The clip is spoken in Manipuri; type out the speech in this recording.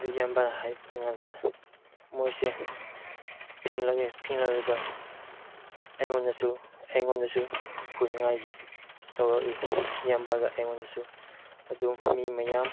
ꯑꯗꯨ ꯏꯌꯥꯝꯕꯅ ꯍꯥꯏꯕ ꯀꯥꯟꯗ ꯃꯣꯏꯁꯦ ꯐꯤꯡꯂꯛꯂꯦ ꯐꯤꯡꯂꯛꯂꯒ ꯑꯩꯉꯣꯟꯗꯁꯨ ꯑꯩꯉꯣꯟꯗꯁꯨ ꯐꯨꯅꯤꯡꯉꯥꯏꯒꯤ ꯇꯧꯔꯛꯏ ꯏꯌꯥꯝꯕꯒ ꯑꯩꯉꯣꯟꯗꯁꯨ ꯑꯗꯨꯝ ꯃꯤ ꯃꯌꯥꯝ